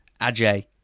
Ajay